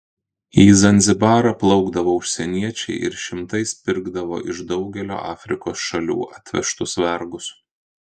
į zanzibarą plaukdavo užsieniečiai ir šimtais pirkdavo iš daugelio afrikos šalių atvežtus vergus